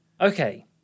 Okay